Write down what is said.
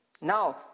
Now